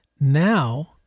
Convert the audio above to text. Now